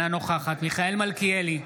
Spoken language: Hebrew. אינה נוכחת מיכאל מלכיאלי,